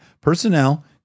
personnel